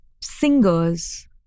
singers